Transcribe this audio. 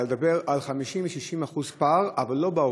אלא לדבר על פער של 60%-50%; אבל לא לגבי